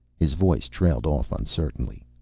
his voice trailed off uncertainly.